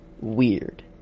weird